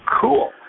cool